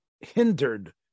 hindered